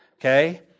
Okay